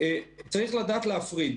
צריך לדעת להפריד,